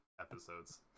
episodes